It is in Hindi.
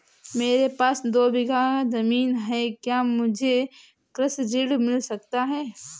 मेरे पास दो बीघा ज़मीन है क्या मुझे कृषि ऋण मिल सकता है?